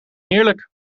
heerlijk